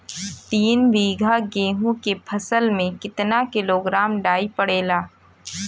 तीन बिघा गेहूँ के फसल मे कितना किलोग्राम डाई पड़ेला?